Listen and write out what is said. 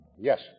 Yes